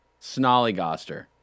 Snollygoster